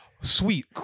Sweet